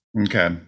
okay